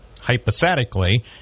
hypothetically